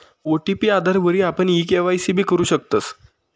OTP आधारवरी आपण e KYC भी करु शकतस